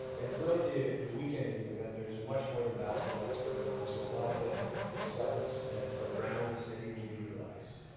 and throughout the the weekend of the event there's much more than basketball that's going on. so a lot of the the stuff that's that's around the city will be utilized.